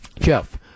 Jeff